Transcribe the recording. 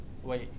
Wait